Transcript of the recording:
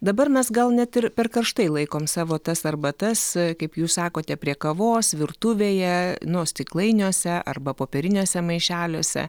dabar mes gal net ir per karštai laikom savo tas arbatas kaip jūs sakote prie kavos virtuvėje nu stiklainiuose arba popieriniuose maišeliuose